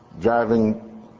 driving